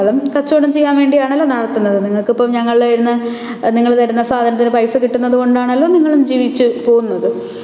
നിങ്ങളും കച്ചവടം ചെയ്യാന് വേണ്ടിയാണല്ലോ നടത്തുന്നത് നിങ്ങള്ക്കിപ്പോള് ഞങ്ങളുടെ കയ്യില്നിന്ന് നിങ്ങൾ തരുന്ന സാധനത്തിന് പൈസ കിട്ടുന്നത് കൊണ്ടാണല്ലോ നിങ്ങളും ജീവിച്ചു പോകുന്നത്